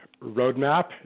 roadmap